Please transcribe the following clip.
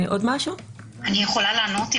אני יכולה לענות?